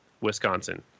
Wisconsin